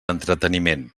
entreteniment